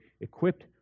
equipped